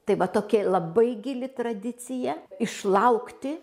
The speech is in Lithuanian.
tai va tokia labai gili tradicija išlaukti